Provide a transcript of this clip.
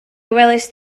welaist